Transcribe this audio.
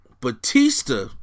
Batista